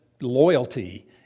loyalty